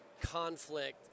conflict